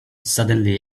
suddenly